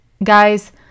Guys